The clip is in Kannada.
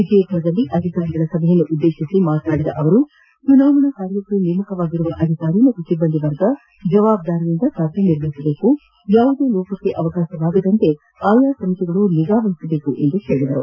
ವಿಜಯಪುರದಲ್ಲಿ ಅಧಿಕಾರಿಗಳ ಸಭೆಯನ್ನುದ್ದೇಶಿಸಿ ಮಾತನಾಡಿದ ಅವರು ಚುನಾವಣಾ ಕಾರ್ಯಕ್ಕೆ ನೇಮಕವಾಗಿರುವ ಅಧಿಕಾರಿ ಹಾಗೂ ಸಿಬ್ಬಂದಿ ವರ್ಗ ಜವಾಬ್ದಾರಿಯಿಂದ ಕಾರ್ಯನಿರ್ವಹಿಸಬೇಕು ಯಾವುದೇ ಲೋಪಕ್ಕೆ ಅವಕಾಶವಾಗದಂತೆ ಆಯಾ ಸಮಿತಿಗಳು ನಿಗಾವಹಿಸಬೇಕು ಎಂದು ಪೇಳಿದರು